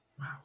wow